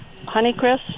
honeycrisp